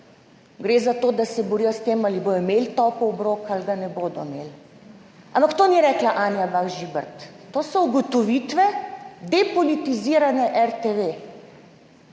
Gre za to, da se borijo s tem, ali bodo imeli topel obrok ali ga ne bodo imeli. Ampak to ni rekla Anja Bah Žibert, to so ugotovitve depolitizirane RTV.